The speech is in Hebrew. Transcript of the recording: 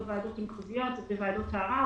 גם בוועדות המחוזיות ובוועדות הערר,